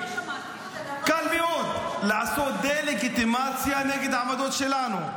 קל מאוד לעשות דה-לגיטימציה נגד העמדות שלנו.